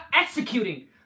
executing